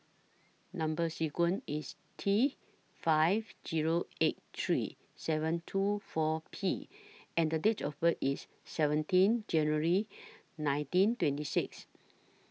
Number sequence IS T five Zero eight three seven two four P and The Date of birth IS seventeen January nineteen twenty six